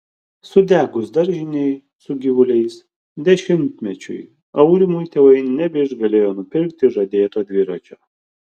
sudegus daržinei su gyvuliais dešimtmečiui aurimui tėvai nebeišgalėjo nupirkti žadėto dviračio